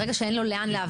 ברגע שאין לו לאן לעבור.